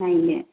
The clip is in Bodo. नायनो